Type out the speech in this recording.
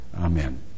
Amen